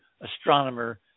astronomer